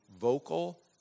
vocal